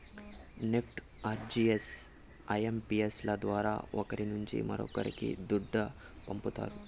NEFT, RTGS, IMPS ల ద్వారా ఒకరి నుంచి మరొక్కరికి దుడ్డు పంపతారు